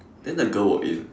then the girl walk in